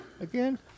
again